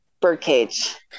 Birdcage